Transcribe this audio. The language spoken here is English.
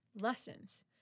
lessons